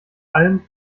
allem